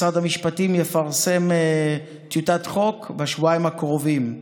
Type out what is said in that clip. משרד המשפטים יפרסם טיוטת חוק בשבועיים הקרובים.